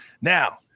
Now